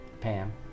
Pam